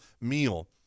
meal